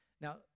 Now